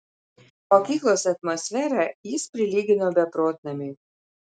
mokyklos atmosferą jis prilygino beprotnamiui